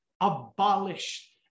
abolished